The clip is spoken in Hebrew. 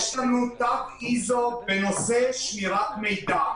יש לנו תו ISO בנושא שמירת מידע.